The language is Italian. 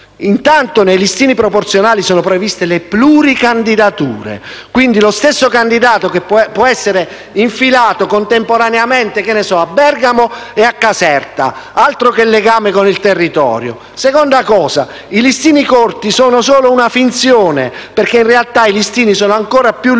Intanto, nei listini proporzionali sono previste le pluricandidature, quindi lo stesso candidato può essere infilato contemporaneamente a Bergamo e a Caserta. Altro che legame con il territorio! Seconda cosa, i listini corti sono solo una finzione, perché in realtà i listini sono ancora più lunghi